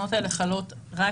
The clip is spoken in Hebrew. התקנות האלה חלות רק